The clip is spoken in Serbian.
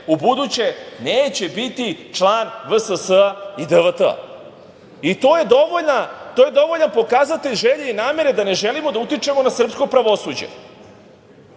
u buduće neće biti član VSS i DVT. To je dovoljan pokazatelj želje i namere da ne želimo da utičemo na srpsko pravosuđe. Šta